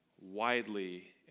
widely